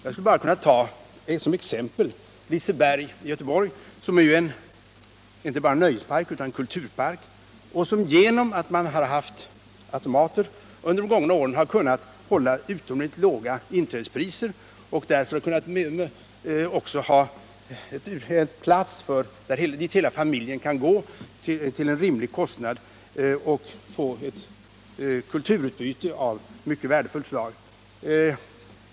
Jag skulle bara som exempel kunna ta Liseberg i Göteborg, som är inte bara en nöjespark utan en kulturpark och som, genom att man där haft automater, under de gångna åren kunnat hålla utomordentligt låga inträdespriser och därför också kunnat vara en plats dit hela familjen haft möjlighet att gå till rimlig kostnad och få ett kulturutbyte av mycket värdefullt slag.